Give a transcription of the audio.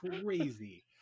crazy